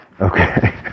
okay